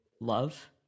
love